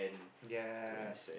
ya